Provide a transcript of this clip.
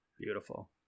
beautiful